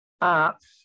arts